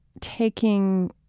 taking